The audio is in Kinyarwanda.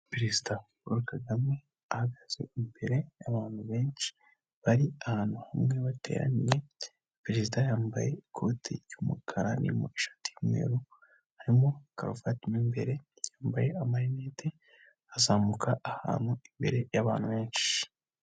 Perezida Paul Kagame ahagaze imbere y'abantu benshi, bari ahantu hamwe bateraniye, perezida yambaye ikoti ry'umukara ririmo ishati y'umweru, harimo karuvati mo imbere, yambaye amarinete, azamuka ahantu imbere y'abantu benshi.